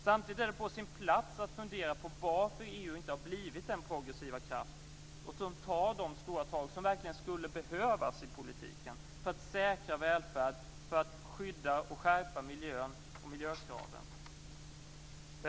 Samtidigt är det på sin plats att fundera över varför EU inte har blivit en progressiv kraft som tar de stora tag som verkligen skulle behövas i politiken för att säkra välfärd och för att skydda miljön och skärpa miljökraven.